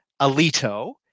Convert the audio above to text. Alito